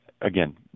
again